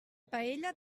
paella